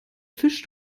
fisch